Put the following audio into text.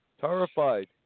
Terrified